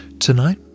Tonight